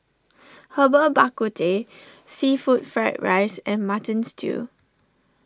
Herbal Bak Ku Teh Seafood Fried Rice and Mutton Stew